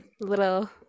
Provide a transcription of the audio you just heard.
little